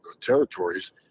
territories